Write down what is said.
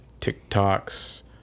tiktoks